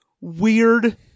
weird